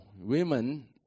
women